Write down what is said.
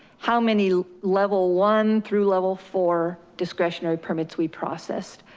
how many level one through level four, discretionary permits we processed?